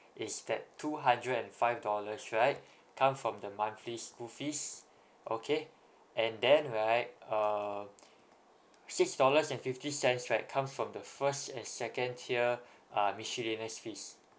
is that two hundred and five dollars right come from the monthly school fees okay and then right um six dollars and fifty cents right come from the first and second tier uh miscellaneous fees